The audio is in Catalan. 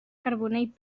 carbonell